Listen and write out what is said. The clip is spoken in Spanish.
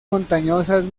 montañosas